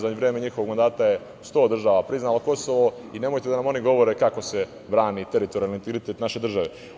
Za vreme njihovog mandata je 100 država priznalo Kosovo i nemojte da nam oni govore kako se brani teritorijalni integritet naše države.